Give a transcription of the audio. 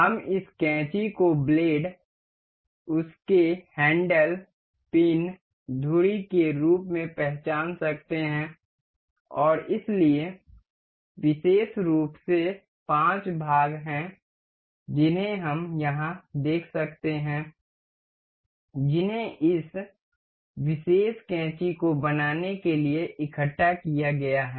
हम इस कैंची को ब्लेड उसके हैंडल पिन धुरी के रूप में पहचान सकते हैं और इसलिए विशेष रूप से 5 भाग हैं जिन्हें हम यहाँ देख सकते हैं जिन्हें इस विशेष कैंची को बनाने के लिए इकट्ठा किया गया है